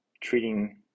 Treating